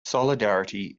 solidarity